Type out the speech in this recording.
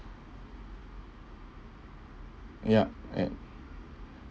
ya and